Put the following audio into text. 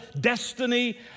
destiny